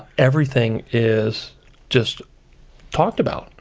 everything is just talked about.